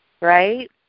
right